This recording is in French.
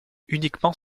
uniquement